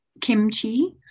kimchi